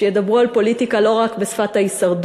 שידברו על פוליטיקה לא רק בשפת ההישרדות.